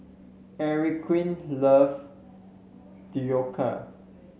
Enrique loves Dhokla